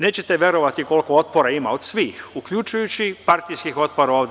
Nećete verovati koliko otpora ima od svih, uključujući i partijskih otpora ovde.